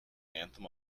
anthem